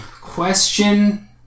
Question